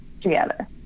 together